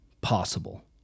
possible